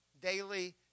Daily